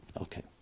Okay